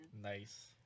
Nice